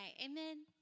Amen